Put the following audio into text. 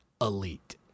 elite